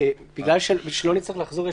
כדי שלא נצטרך לחזור,